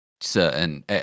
certain